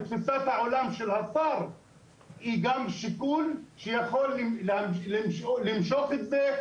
תפיסת העולם של השר היא גם שיקול שיכול למשוך את זה,